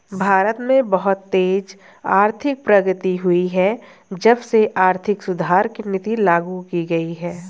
भारत में बहुत तेज आर्थिक प्रगति हुई है जब से आर्थिक सुधार की नीति लागू की गयी है